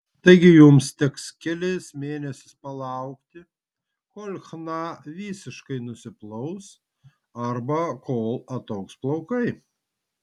taigi jums teks kelis mėnesius palaukti kol chna visiškai nusiplaus arba kol ataugs plaukai